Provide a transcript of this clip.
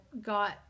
got